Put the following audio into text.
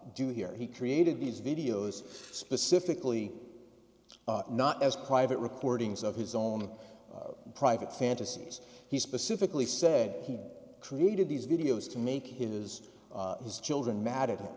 do here he created these videos specifically not as private recordings of his own private fantasies he specifically said he created these videos to make his his children ma